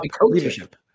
leadership